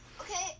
Okay